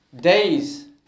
days